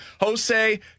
Jose